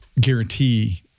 guarantee